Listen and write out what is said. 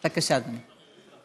בבקשה, אדוני.